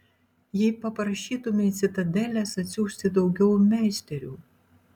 jei paprašytumei citadelės atsiųsti daugiau meisterių